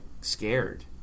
scared